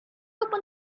opened